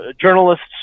journalists